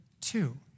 two